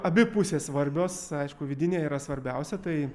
abi pusės svarbios aišku vidinė yra svarbiausia tai